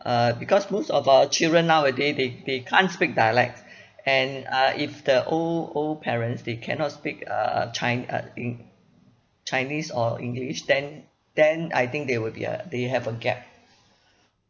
uh because most of our children nowaday they they can't speak dialects and uh if the old old parents they cannot speak err chine~ uh eng~ chinese or english then then I think there would be a they have a gap